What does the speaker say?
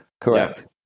correct